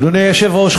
אדוני היושב-ראש,